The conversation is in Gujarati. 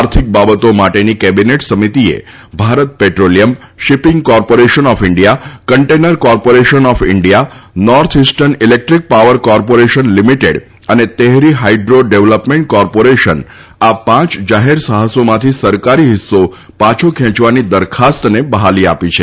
આર્થિક બાબતો માટેની કેબિનેટ સમિતિએ Bharat petroleum shipping corporation of India container corporation of India north eastern electric power corporation limited અને તેહરી હાઈડ્રો ડેવલપમેન્ટ કોર્પોરેશન આ પાંચ જાહેર સાહસોમાંથી સરકારી હિસ્સો પાછો ખેંચવાની દરખાસ્તને બહાલી આપી છે